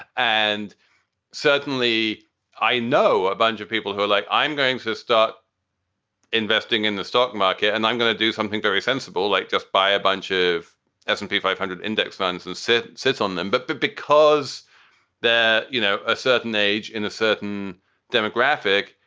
and certainly i know a bunch of people who are like, i'm going to start investing in the stock market and i'm going to do something very sensible, like just buy a bunch of s and p five hundred index funds and sit sit on them. but because they're, you know, a certain age in a certain demographic,